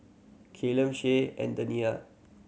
Callum Shae and Dania